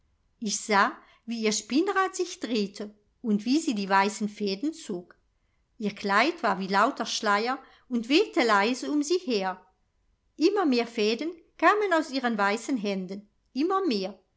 ich sah wie ihr spinnrad sich drehte und wie sie die weißen fäden zog ihr kleid war wie lauter schleier und wehte leise um sie her immer mehr fäden kamen aus ihren weißen händen immer mehr